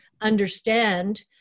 understand